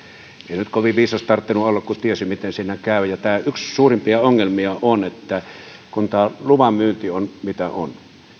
ei nyt kovin viisas tarvinnut olla kun tiesi miten siinä käy yksi suurimpia ongelmia on että tämä luvanmyynti on mitä on